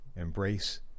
Embrace